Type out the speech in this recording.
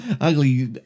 ugly